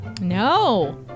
No